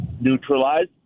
neutralized